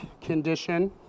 condition